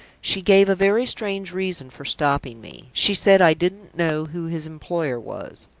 she gave a very strange reason for stopping me. she said i didn't know who his employer was.